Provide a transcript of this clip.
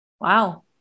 Wow